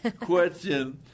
question